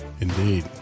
indeed